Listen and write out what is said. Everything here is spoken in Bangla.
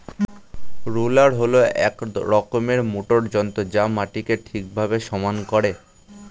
রোলার হল এক রকমের মোটর যন্ত্র যা মাটিকে ঠিকভাবে সমান করে